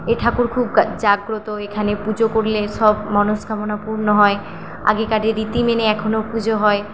এ ঠাকুর খুব জাগ্রত এখানে পুজো করলে সব মনস্কামনা পূর্ণ হয় আগেকারের রীতি মেনে এখনও পুজো হয়